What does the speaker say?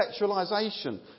sexualisation